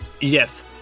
Yes